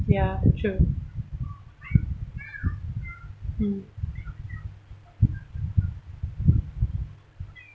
ya true mm